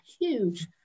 huge